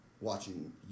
watching